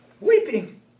weeping